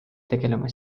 tegelema